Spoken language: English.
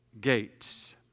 gates